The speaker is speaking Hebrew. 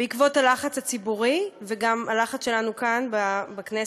בעקבות הלחץ הציבורי וגם הלחץ שלנו כאן בכנסת,